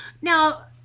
Now